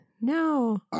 No